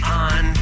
on